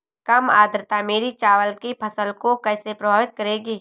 कम आर्द्रता मेरी चावल की फसल को कैसे प्रभावित करेगी?